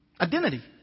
Identity